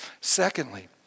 Secondly